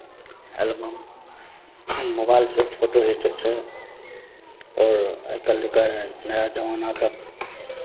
album मोबाइलसँ photo घीँचै छै आओर आइ काल्हि नाया जमानाके